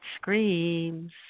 screams